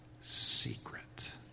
secret